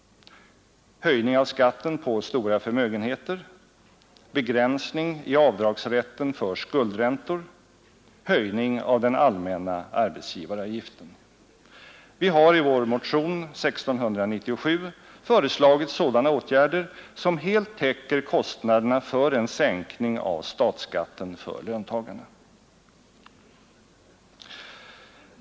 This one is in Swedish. Höjning av skatten på stora förmögenheter. Begränsning i avdragsrätten för skuldräntor. Höjning av den allmänna arbetsgivaravgiften. Vi har i vår motion 1697 föreslagit sådana åtgärder som helt täcker kostnaderna för en sänkning av statsskatten för löntagarna.